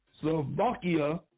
Slovakia